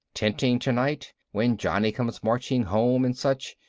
tenting tonight, when johnnie comes marching home, and such.